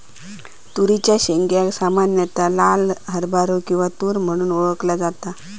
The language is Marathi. तुरीच्या शेंगेक सामान्यता लाल हरभरो किंवा तुर म्हणून ओळखला जाता